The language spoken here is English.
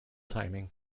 timing